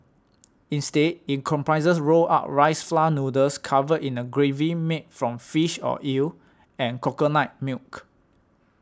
instead it comprises rolled up rice flour noodles covered in a gravy made from fish or eel and coconut milk